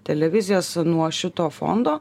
televizijas nuo šito fondo